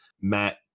Matt